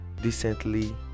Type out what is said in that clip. decently